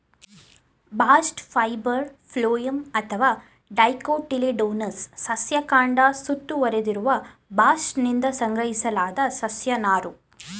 bast fibre phloem ಅಥವಾ dicotyledonous ಸಸ್ಯ ಕಾಂಡ ಸುತ್ತುವರೆದಿರುವ ಬಾಸ್ಟ್ನಿಂದ ಸಂಗ್ರಹಿಸಲಾದ ಸಸ್ಯ ನಾರು